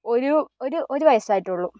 ഒരു ഒരു ഒരു വയസ്സായിട്ടുള്ളു